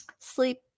Sleep